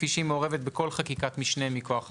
כפי שהיא מעורבת בכל חקיקת משנה מכוח החוק.